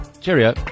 cheerio